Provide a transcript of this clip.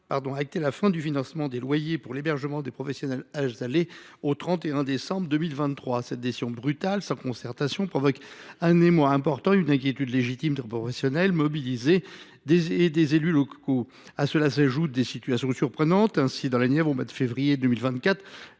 a acté la fin du financement des loyers pour l’hébergement des professionnels Asalée au 31 décembre 2023. Cette décision brutale, sans concertation, provoque un émoi important et une inquiétude légitime des professionnels mobilisés et des élus locaux. À cela s’ajoutent des situations surprenantes. Ainsi, dans la Nièvre, au mois de février 2024,